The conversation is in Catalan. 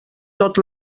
tot